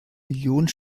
millionen